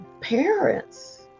parents